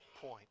point